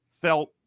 felt